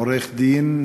הוא עורך-דין במקצועו,